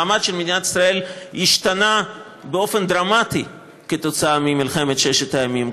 המעמד של מדינת ישראל השתנה באופן דרמטי כתוצאה ממלחמת ששת הימים,